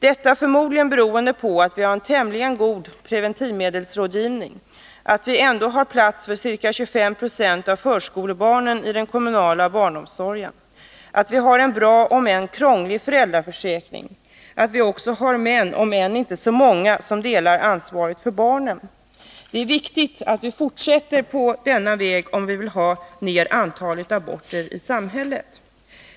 Detta är förmodligen beroende på att vi har en tämligen god preventivmedelsrådgivning, att vi ändå har plats för ca 25 96 av förskolebarnen i den kommunala barnomsorgen, att vi har en bra om än krånglig föräldraförsäkring och att vi också har män, om än inte så många, som delar ansvaret för barnen. Det är viktigt att vi fortsätter på denna väg om vi vill ha ner antalet aborter i samhället.